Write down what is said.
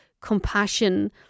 compassion